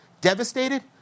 devastated